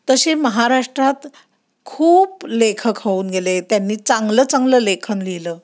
तसे महाराष्ट्रात खूप लेखक होऊन गेले त्यांनी चांगलं चांगलं लेखन लिहिलं